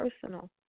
personal